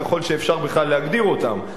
ככל שאפשר בכלל להגדיר אותם,